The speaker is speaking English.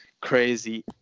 crazy